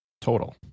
Total